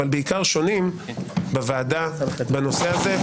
אבל בעיקר שונים בוועדה בנושא הזה,